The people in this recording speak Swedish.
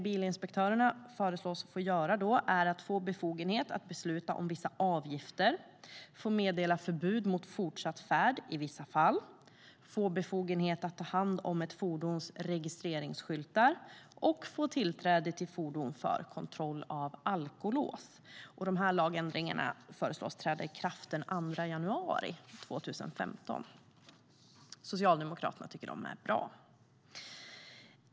Bilinspektörerna föreslås få befogenhet att besluta om vissa avgifter, få meddela förbud mot fortsatt färd i vissa fall, få befogenhet att ta hand om ett fordons registreringsskyltar och få tillträde till fordon för kontroll av alkolås. Lagändringarna föreslås träda i kraft den 2 januari 2015. Socialdemokraterna tycker att de är bra.